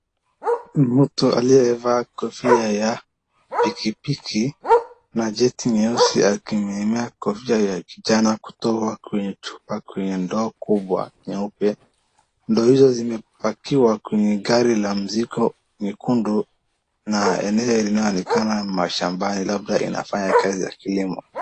Ni mtu aliyevaa kofia ya pikipiki na jeti nyeusi akimimina kofia kijana kutoka kwenye chupa kwenye ndoo kubwa nyeupe. Ndoo hizo zimepakiwa kwenye gari la mzigo nyekundu na eneo linaonekana mashambani, labda inafanya kazi ya kilimo.